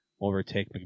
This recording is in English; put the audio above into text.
overtake